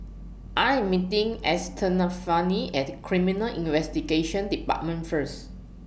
I Am meeting Estefani At Criminal Investigation department First